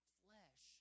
flesh